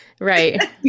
right